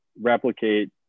replicate